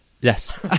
yes